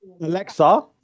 Alexa